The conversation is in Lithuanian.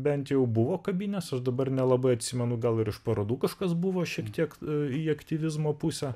bent jau buvo kabinęs aš dabar nelabai atsimenu gal ir iš parodų kažkas buvo šiek tiek į aktyvizmo pusę